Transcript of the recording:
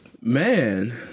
Man